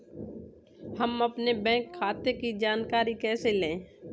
हम अपने बैंक खाते की जानकारी कैसे लें?